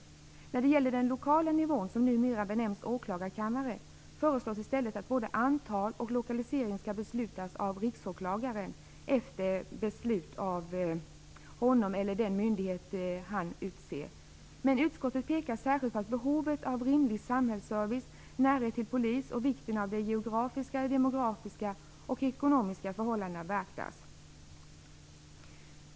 När det gäller den lokala nivån, som numera benämns åklagarkammare, föreslås i stället att både antal och lokalisering skall beslutas av Riksåklagaren eller, efter beslut av honom, den myndighet som han utser. Utskottet pekar särskilt på att behovet av rimlig samhällsservice och på närheten till polis samt på vikten av att de geografiska, demografiska och ekonomiska förhållandena beaktas.